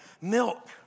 milk